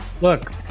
Look